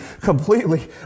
completely